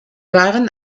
waren